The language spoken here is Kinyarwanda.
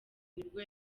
nibwo